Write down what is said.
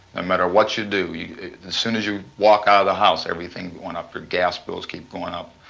and matter what you do, as soon as you walk out of the house, everything went up. your gas bills keep going up,